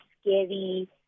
scary